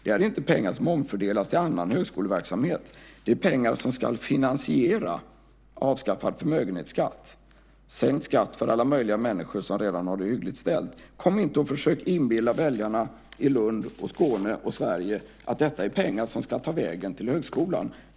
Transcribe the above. Det är inte pengar som omfördelas till annan högskoleverksamhet. Det är pengar som ska finansiera avskaffad förmögenhetsskatt, sänkt skatt för alla möjliga människor som redan har det hyggligt ställt. Försök inte inbilla väljarna i Skåne, Lund och Sverige att detta är pengar som ska ta vägen till högskolan.